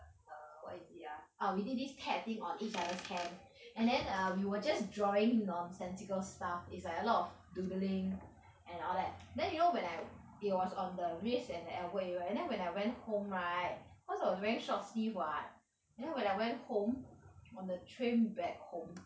err what is it ah ah we did this tat~ thing on each other's hands and then err we were drawing nonsensical stuff is like a lot of doodling and all that then you know when I it was on the wrist and the elbow area and then when I went home right cause I was wearing short sleeve [what] and then when I went home on the train back home